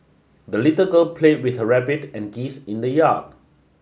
the little girl played with her rabbit and geese in the yard